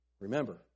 Remember